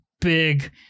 big